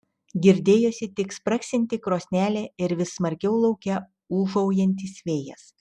girdėjosi tik spragsinti krosnelė ir vis smarkiau lauke ūžaujantis vėjas